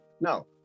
no